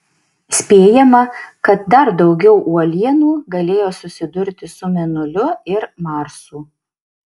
spėjama kad dar daugiau uolienų galėjo susidurti su mėnuliu ir marsu